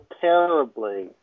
terribly